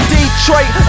Detroit